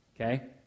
Okay